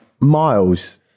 Miles